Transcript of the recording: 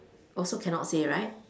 also cannot say right